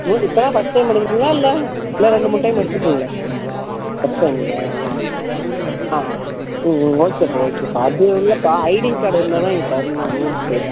மு இப்போதான் first time எடுக்கிறீங்களா இல்லை ரெண்டு மூணு டைம் எடுத்துகிறீங்களா ஃபஸ்ட் டைமுங்களா ஆ ம் ம் ஓகேப்பா ஓகேப்பா அது இல்லைப்பா ஐடி கார்டு இருந்தால்தான் இங்கே தரணும் ரூல்ஸு